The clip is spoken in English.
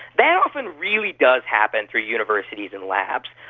that often really does happen through universities and labs.